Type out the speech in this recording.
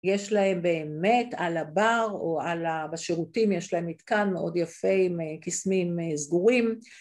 יש להם באמת על הבר או בשירותים יש להם מתקן מאוד יפה עם קיסמים סגורים